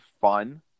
fun